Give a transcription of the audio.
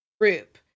group